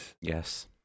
Yes